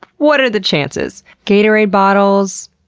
what are the chances? gatorade bottles,